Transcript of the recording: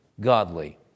godly